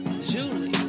julie